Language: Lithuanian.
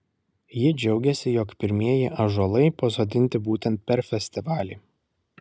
ji džiaugėsi jog pirmieji ąžuolai pasodinti būtent per festivalį